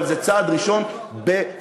אבל זה צעד ראשון בחקיקה.